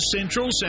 Central